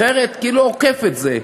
אחרת, כאילו עוקף את זה,